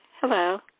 Hello